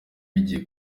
bigiye